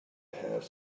have